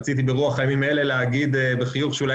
רציתי ברוח הימים האלה להגיד בחיוך שאולי